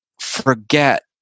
forget